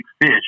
fish